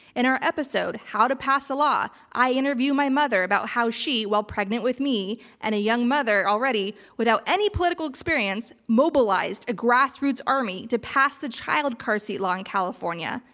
in our episode how to pass a law, i interview my mother about how she, while pregnant with me and a young mother already without any political experience, mobilized a grassroots army to pass the child car seat law in california.